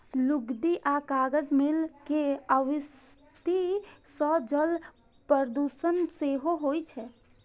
लुगदी आ कागज मिल के अवशिष्ट सं जल प्रदूषण सेहो होइ छै